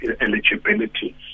eligibility